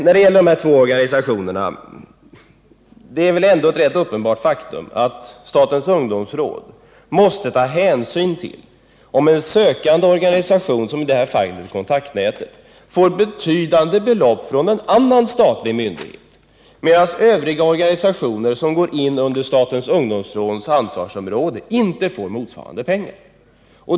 När det gäller de här två organisationerna är det väl ändå ett uppenbart faktum att statens ungdomsråd måste ta hänsyn till om en sökande organisation, såsom i det här fallet Kontaktnätet, får betydande belopp från en annan statlig myndighet, medan övriga organisationer som går in under statens ungdomsråds ansvarsområde inte får motsvarande pengar.